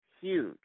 huge